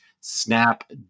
snap